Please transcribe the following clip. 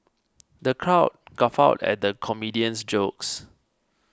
the crowd guffawed at the comedian's jokes